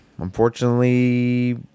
Unfortunately